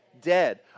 dead